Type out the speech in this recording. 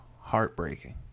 Heartbreaking